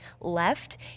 left